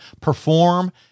perform